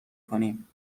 کنیم